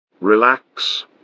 relax